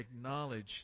acknowledge